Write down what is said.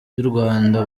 y’urwanda